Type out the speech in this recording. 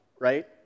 right